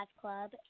club